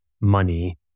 money